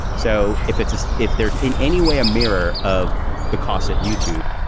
so if it's as if there's in any way a mirror of the costs at youtube,